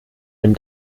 dem